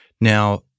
Now